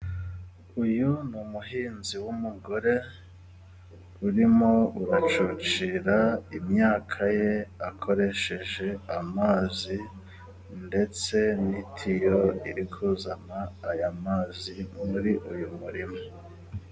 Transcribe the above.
Uyu ni umuhinzi w'umugore urimo uracucira imyaka ye akoresheje amazi ndetse nitiyo iri kuzana aya mazi muri uyu murima.